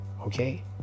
okay